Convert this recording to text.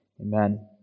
Amen